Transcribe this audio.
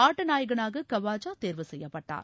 ஆட்ட நாயகனாக கவாஜா தேர்வு செய்யப்பட்டாள்